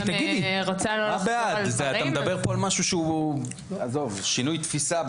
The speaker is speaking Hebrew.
אתה מדבר פה על שינוי תפיסה.